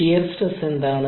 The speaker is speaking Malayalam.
ഷിയർ സ്ട്രെസ്സ് എന്താണ്